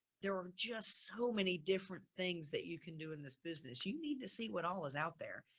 there are just so many different things that you can do in this business. you need to see what all is out there.